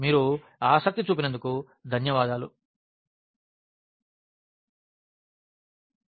మీరు ఆసక్తి చూపినందుకు ధన్యవాదములు